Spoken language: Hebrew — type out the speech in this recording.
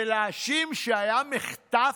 ולהאשים שהיה מחטף?